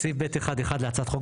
בסעיף (ב1)(1) להצעת החוק,